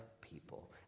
people